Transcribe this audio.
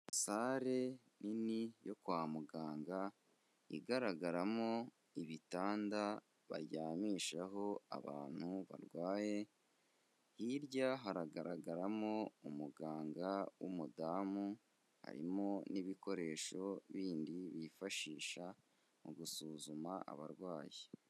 Sare nini yo kwa muganga igaragaramo ibitanda baryamishaho abantu barwaye, hirya haragaragaramo umuganga w'umudamu, harimo n'ibikoresho bindi bifashisha mu gusuzuma abarwayi.